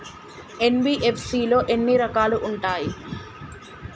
NBFC లో ఎన్ని రకాలు ఉంటాయి?